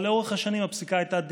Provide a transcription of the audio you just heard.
אבל לאורך השנים הפסיקה הייתה דינמית,